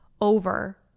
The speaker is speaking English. over